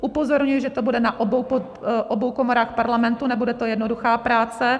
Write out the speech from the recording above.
Upozorňuji, že to bude na obou komorách Parlamentu, nebude to jednoduchá práce.